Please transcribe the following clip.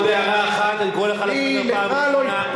עוד הערה אחת, אני קורא אותך לסדר פעם ראשונה.